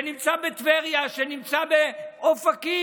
שנמצא בטבריה, שנמצא באופקים.